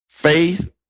Faith